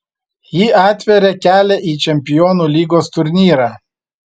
ji atveria kelią į čempionų lygos turnyrą